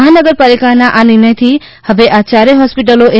મહાનગર પાલિકાના આ નિર્ણય થી હવે આ યારેય હોસ્પિટલો એ